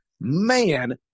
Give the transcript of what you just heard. man